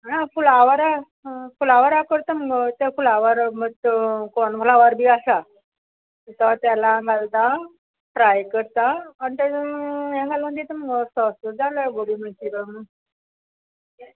ना फुलावरा फुलावरां करता मुगो त्या फुलावर कोन फ्लावर बी आसा तो तेला घालता फ्राय करता आनी तेजें हें घालून दिता मगो सॉस जालें गोबी मनच्युरीयन